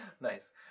nice